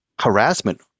harassment